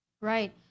Right